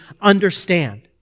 understand